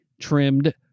trimmed